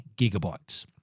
gigabytes